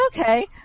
okay